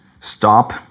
stop